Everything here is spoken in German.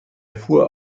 fuhr